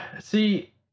See